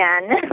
again